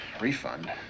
Refund